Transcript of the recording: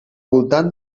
voltant